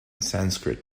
sanskrit